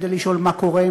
כדי לשאול מה קורה,